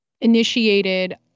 initiated